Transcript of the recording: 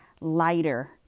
lighter